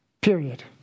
Period